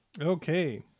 okay